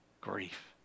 grief